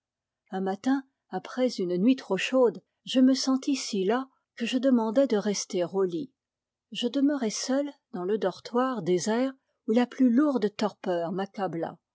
un matin après une nuit trop chaude je me sentis si las que je demandai de rester au lit je demeurai seul dans le dortoir désert où la plus lourde torpeur m'accabla